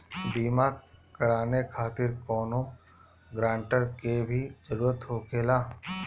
बीमा कराने खातिर कौनो ग्रानटर के भी जरूरत होखे ला?